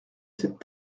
cette